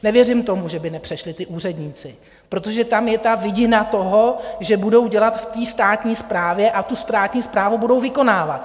Nevěřím tomu, že by nepřešli ti úředníci, protože tam je ta vidina toho, že budou dělat ve státní správě a tu státní správu budou vykonávat.